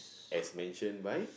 as mentioned by